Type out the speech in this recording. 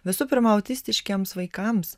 visų pirma autistiškiems vaikams